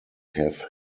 have